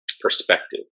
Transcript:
perspective